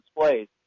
displays